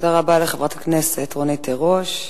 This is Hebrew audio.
תודה רבה לחברת הכנסת רונית תירוש,